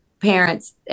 parents